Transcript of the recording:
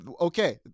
okay